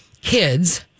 kids